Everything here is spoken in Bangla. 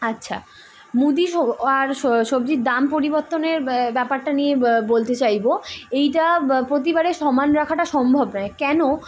আচ্ছা মুদি আর সবজির দাম পরিবর্তনের ব্যাপারটা নিয়ে বলতে চাইবো এইটা প্রতিবারে সমান রাখাটা সম্ভব নয় কেন